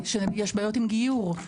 שיש בעיות עם גיור,